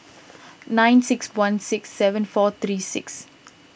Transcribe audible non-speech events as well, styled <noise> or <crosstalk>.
<noise> nine six one six seven four three six